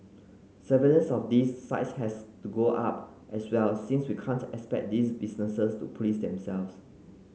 surveillance of these sites has to go up as well since we can't expect these businesses to police themselves